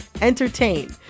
entertain